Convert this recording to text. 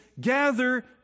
gather